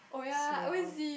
so yup